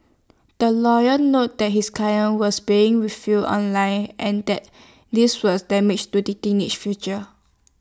the lawyer noted that his client was being vilified online and that this was damaged to the teenage future